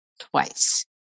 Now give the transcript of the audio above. twice